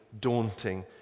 daunting